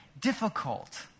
difficult